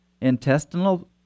intestinal